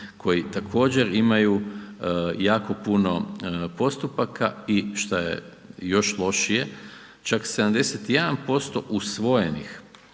koji također imaju jako puno postupaka i šta je još lošije, čak 71% usvojenih